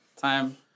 time